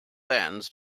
bands